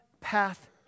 path